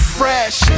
fresh